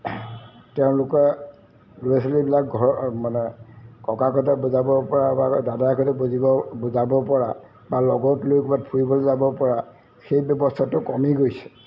তেওঁলোকে ল'ৰা ছোৱালীবিলাক ঘৰ মানে ককাকহঁতে বুজাবপৰা বা দাদাকহঁতে বুজিব বুজাবপৰা বা লগত লৈ ক'ৰবাত ফুৰিবলৈ যাবপৰা সেই ব্যৱস্থাটো কমি গৈছে